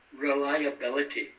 Reliability